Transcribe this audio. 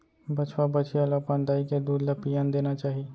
बछवा, बछिया ल अपन दाई के दूद ल पियन देना चाही